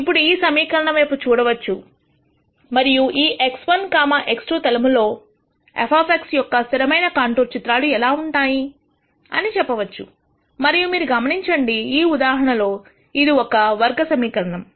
ఇప్పుడు ఈ సమీకరణం వైపు చూడవచ్చు మరియు ఈ x1 x2 తలములో f యొక్క స్థిరమైన కాంటూర్ చిత్రాలు ఎలా ఉంటాయి అని చెప్పవచ్చు మరియు మీరు గమనించండి ఈ ఉదాహరణలో ఇది ఒక వర్గ సమీకరణం